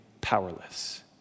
powerless